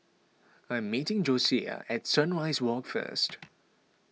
I am meeting Josiah at Sunrise Walk first